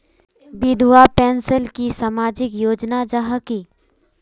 विधवा पेंशन की सामाजिक योजना जाहा की?